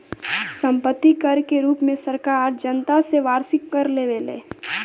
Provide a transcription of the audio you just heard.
सम्पत्ति कर के रूप में सरकार जनता से वार्षिक कर लेवेले